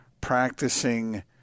practicing